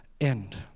end